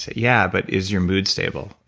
yeah, but is your mood stable?